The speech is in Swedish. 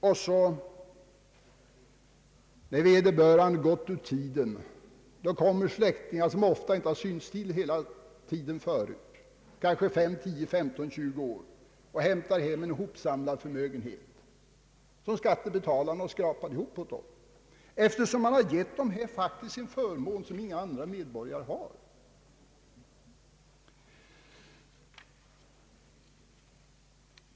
När vederbörande har gått ur tiden kommer släktingar, som ofta inte har synts till på kanske 10—20 år, och hämtar hem en hopsamlad förmögenhet, som skattebetalarna har skrapat ihop åt dem, eftersom samhället givit dessa pensionärer en förmån som andra medborgare inte har.